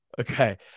Okay